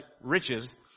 riches